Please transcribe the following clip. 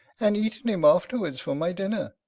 and eat him afterwards for my dinner.